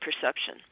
perception